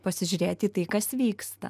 pasižiūrėti į tai kas vyksta